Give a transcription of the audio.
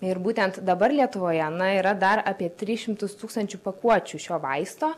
ir būtent dabar lietuvoje na yra dar apie tris šimtus tūkstančių pakuočių šio vaisto